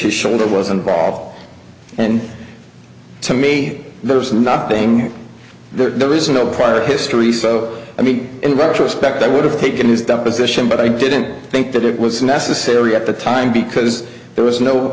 a shoulder was involved and to me there was nothing there is no prior history so i mean in retrospect i would have taken his deposition but i didn't think that it was necessary at the time because there was no